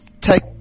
take